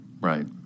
Right